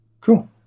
Cool